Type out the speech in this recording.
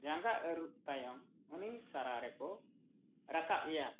ᱡᱟᱸᱜᱟ ᱟᱹᱨᱩᱵ ᱛᱟᱭᱚᱢ ᱩᱱᱤ ᱥᱟᱨᱟ ᱨᱮᱠᱚ ᱨᱟᱠᱟᱵ ᱮᱭᱟ